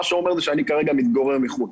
מה שאומר שאני כרגע מתגורר בחו"ל.